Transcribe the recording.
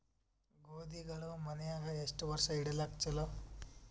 ಗೋಧಿಗಳು ಮನ್ಯಾಗ ಎಷ್ಟು ವರ್ಷ ಇಡಲಾಕ ಚಲೋ?